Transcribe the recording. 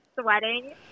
sweating